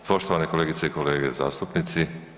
Poštovane kolegice i kolege zastupnici.